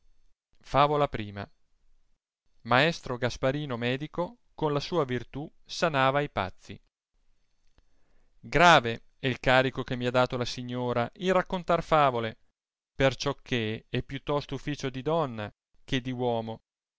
favola l maestro gasparino medico con la sua virtù sanava i pazzi grave è il carico che mi ha dato la signora in raccontar favole perciò che è più tosto ufficio di donna che di uomo